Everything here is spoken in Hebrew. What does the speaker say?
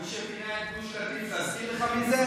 מי שפינה את גוש קטיף, להזכיר לך מי זה?